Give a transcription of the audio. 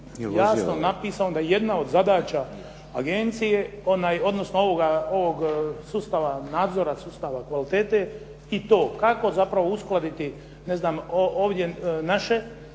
jasno napisano da jedna od zadaća agencije odnosno ovog sustava nadzora, sustava kvalitete i to kako zapravo uskladiti ovdje naše